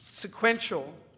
Sequential